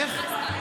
איך?